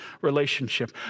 relationship